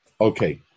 Okay